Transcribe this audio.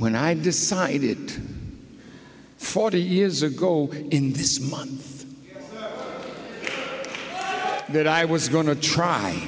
when i decided forty years ago in this month that i was going to try